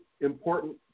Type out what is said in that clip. important